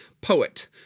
poet